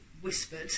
whispered